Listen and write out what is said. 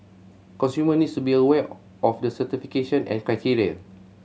consumer needs to be aware of the certification and criteria